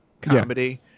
comedy